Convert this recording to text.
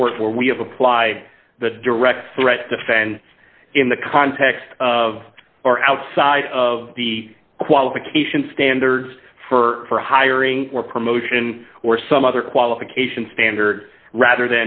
court where we have applied the direct threat to fan in the context of or outside of the qualification standards for hiring or promotion or some other qualification standard rather